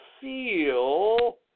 feel